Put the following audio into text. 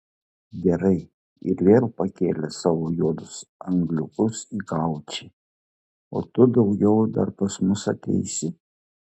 gerai ir vėl pakėlė savo juodus angliukus į gaučį o tu daugiau dar pas mus ateisi